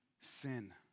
sin